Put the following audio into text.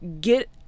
get